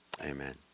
Amen